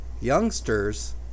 youngsters